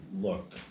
look